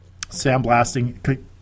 sandblasting